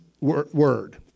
word